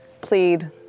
plead